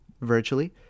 virtually